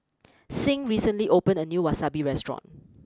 sing recently opened a new Wasabi restaurant